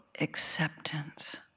acceptance